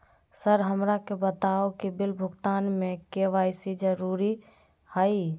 Sir हमरा के बताओ कि बिल भुगतान में के.वाई.सी जरूरी हाई?